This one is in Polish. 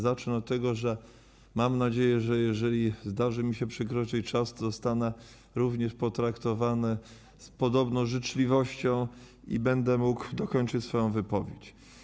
Zacznę od tego, że mam nadzieję, że jeżeli zdarzy mi się przekroczyć czas, to zostanę również potraktowany z podobną życzliwością i będę mógł dokończyć swoją wypowiedź.